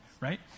right